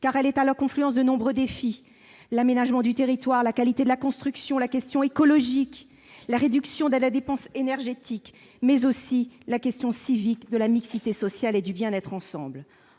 car elle est à la confluence de nombreux défis : l'aménagement du territoire, la qualité de la construction, la question écologique, la réduction de la dépense énergétique, mais aussi la question civique de la mixité sociale et celle du bien être ensemble.